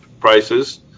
prices